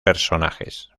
personajes